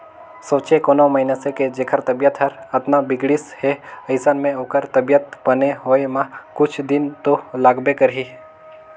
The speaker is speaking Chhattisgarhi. सोंचे कोनो मइनसे के जेखर तबीयत हर अतना बिगड़िस हे अइसन में ओखर तबीयत बने होए म कुछ दिन तो लागबे करही